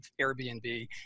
Airbnb